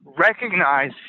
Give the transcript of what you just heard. recognize